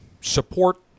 support